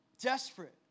desperate